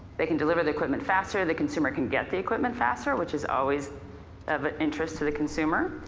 they can deliver the equipment faster, the consumer can get the equipment faster which is always of interest to the consumer.